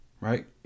right